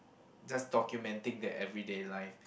just documenting the everyday life